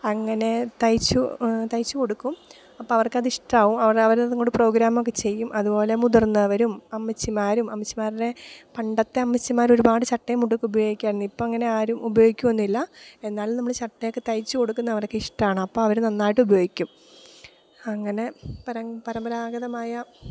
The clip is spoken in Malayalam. അങ്ങനെ തയ്ച്ചു തയ്ച്ചുകൊടുക്കും അപ്പോള് അവർക്കതിഷ്ടമാവും അവർ അവരതുംകൊണ്ടു പ്രോഗ്രാമൊക്കെ ചെയ്യും അതുപോലെ മുതിർന്നവരും അമ്മച്ചിമാരും അമ്മച്ചിമാരുടെ പണ്ടത്തേ അമ്മച്ചിമാരൊരുപാട് ചട്ടേമ്മുണ്ടുമൊക്കെ ഉപയോഗിക്കുമായിരുന്നു ഇപ്പോള് അങ്ങനെ ആരും ഉപയോഗിക്കുകയൊന്നുമില്ല എന്നാലും നമ്മള് ചട്ടയൊക്കെ തയ്ച്ചുകൊടുക്കുന്നതവർക്കിഷ്ടമാണ് അപ്പോള് അവര് നന്നായിട്ടുപയോഗിക്കും അങ്ങനെ പരമ്പരാഗതമായ